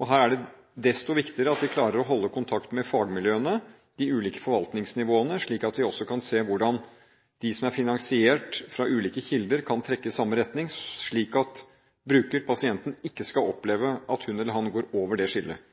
Her er det desto viktigere at vi klarer å holde kontakten med fagmiljøene og de ulike forvaltningsnivåene, slik at vi også kan se hvordan de som er finansiert fra ulike kilder, kan trekke i samme retning, slik at bruker, pasienten, ikke skal oppleve at hun eller han går over det skillet.